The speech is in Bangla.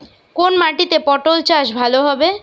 কোন মাটিতে পটল চাষ ভালো হবে?